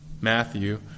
Matthew